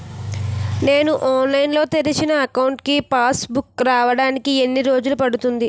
నేను ఆన్లైన్ లో తెరిచిన అకౌంట్ కి పాస్ బుక్ రావడానికి ఎన్ని రోజులు పడుతుంది?